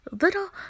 little